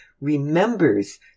remembers